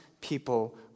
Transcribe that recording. people